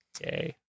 yay